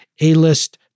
A-list